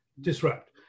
disrupt